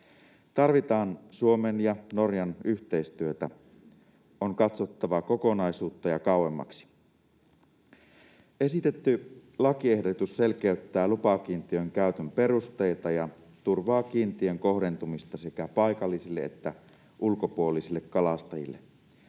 Tarvitaan Suomen ja Norjan yhteistyötä. On katsottava kokonaisuutta ja kauemmaksi. Esitetty lakiehdotus selkeyttää lupakiintiön käytön perusteita ja turvaa kiintiön kohdentumista sekä paikallisille että ulkopuolisille kalastajille.